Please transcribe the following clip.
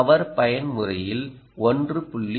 power பயன்முறையில் 1